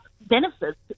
benefits